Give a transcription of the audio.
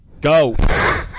Go